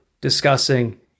discussing